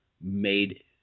made